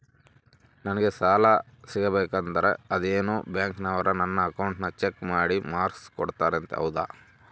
ನಂಗೆ ಸಾಲ ಸಿಗಬೇಕಂದರ ಅದೇನೋ ಬ್ಯಾಂಕನವರು ನನ್ನ ಅಕೌಂಟನ್ನ ಚೆಕ್ ಮಾಡಿ ಮಾರ್ಕ್ಸ್ ಕೊಡ್ತಾರಂತೆ ಹೌದಾ?